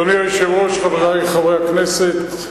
אדוני היושב-ראש, חברי חברי הכנסת,